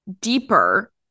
deeper